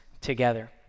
together